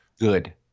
Good